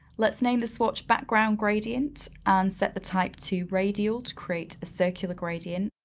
let's name the swatch background gradient, and set the type to radial to create a circular gradient.